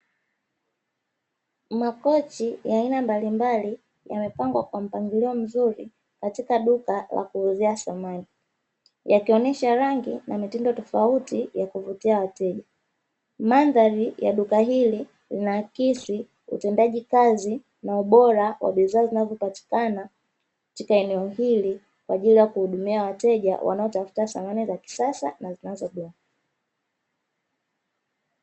Makochi ya aina mbalimbali yamepangwa kwa mpangilio mzuri katika duka la kuuzia samani yakionyesha rangi na mitindo tofauti ya kuvutia wateja. Mandhari ya duka hili inaakisi utendaji kazi na ubora wa bidhaa zinazopatikana katika eneo hili kwa ajili ya kuudumia wateja wanaotafuta samani za kisasa na zinazopendwa.